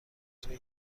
توی